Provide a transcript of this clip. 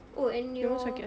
oh and your